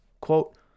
Quote